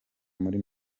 muri